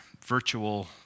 virtual